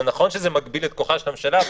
נכון שזה מגביל את כוחה של הממשלה,